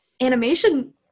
animation